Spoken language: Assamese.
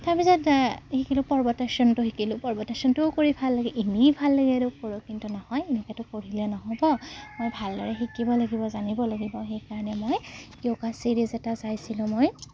তাৰ পিছত শিকিলোঁ পৰ্বতাসনটো শিকিলোঁ পৰ্বতাসনটোও কৰি ভাল লাগে এনেই ভাল লাগে এইটো কৰোঁ কিন্তু নহয় এনেকৈতো কৰিলে নহ'ব মই ভালদৰে শিকিব লাগিব জানিব লাগিব সেইকাৰণে মই যোগা ছিৰিজ এটা চাইছিলোঁ মই